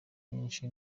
nyinshi